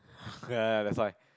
ya that's why